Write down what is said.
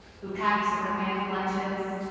who packs organic lunches,